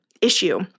issue